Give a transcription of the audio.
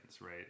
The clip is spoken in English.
right